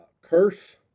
Curse